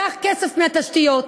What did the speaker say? אז תיקח כסף מהתשתיות,